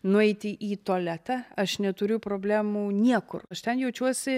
nueiti į tualetą aš neturiu problemų niekur aš ten jaučiuosi